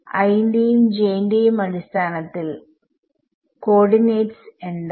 i ന്റെയും j ന്റെയും അടിസ്ഥാനത്തിൽ കോർഡിനേറ്റ്സ് എന്താണ്